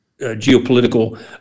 geopolitical